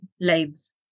lives